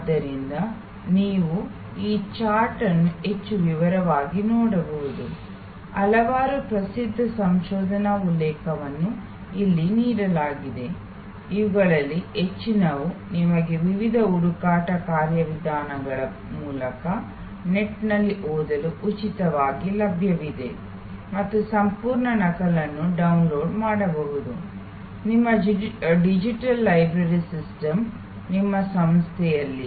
ಆದ್ದರಿಂದ ನೀವು ಈ ಚಾರ್ಟ್ ಅನ್ನು ಹೆಚ್ಚು ವಿವರವಾಗಿ ನೋಡಬಹುದು ಹಲವಾರು ಪ್ರಸಿದ್ಧ ಸಂಶೋಧನಾ ಉಲ್ಲೇಖಗಳನ್ನು ಇಲ್ಲಿ ನೀಡಲಾಗಿದೆ ಇವುಗಳಲ್ಲಿ ಹೆಚ್ಚಿನವು ನಿಮಗೆ ವಿವಿಧ ಹುಡುಕಾಟ ಕಾರ್ಯವಿಧಾನಗಳ ಮೂಲಕ ನೆಟ್ನಲ್ಲಿ ಓದಲು ಉಚಿತವಾಗಿ ಲಭ್ಯವಿದೆ ಮತ್ತು ಸಂಪೂರ್ಣ ನಕಲನ್ನು ಡೌನ್ಲೋಡ್ ಮಾಡಬಹುದು ನಿಮ್ಮ ಡಿಜಿಟಲ್ ಲೈಬ್ರರಿ ಸಿಸ್ಟಮ್ ನಿಮ್ಮ ಸಂಸ್ಥೆಯಲ್ಲಿ